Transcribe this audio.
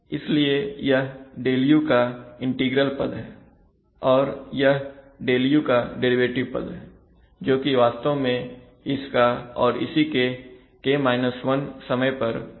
इसलिए यह Δu का इंटीग्रल पद है और यह Δu का डेरिवेटिव पद है जोकि वास्तव में इसका और इसी के समय पर मान के अंतर के बराबर है